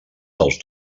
dels